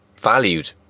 valued